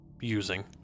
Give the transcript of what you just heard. using